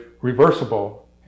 reversible